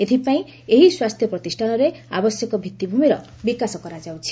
ଏଥିପାଇଁ ଏହି ସ୍ୱାସ୍ଥ୍ୟ ପ୍ରତିଷ୍ଠାନରେ ଆବଶ୍ୟକ ଭିତ୍ତିଭୂମିର ବିକାଶ କରାଯାଉଛି